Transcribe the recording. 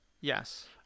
Yes